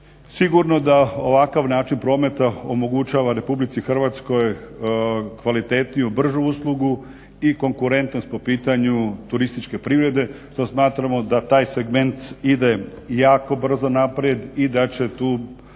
sigurno da ovakav način prometa omogućava RH kvalitetniju i bržu uslugu i konkurentnost po pitanju turističke privrede što smatramo da taj segment ide jako brzo naprijed i da će